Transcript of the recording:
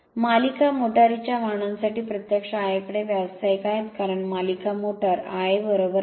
मालिका मोटारीच्या वाहनांसाठी प्रत्यक्ष Ia कडे व्यावसायिक आहेत कारण मालिका मोटर Ia If